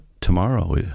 tomorrow